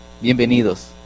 Bienvenidos